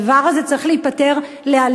הדבר הזה צריך להיפתר לאלתר,